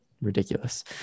ridiculous